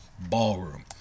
Ballroom